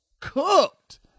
cooked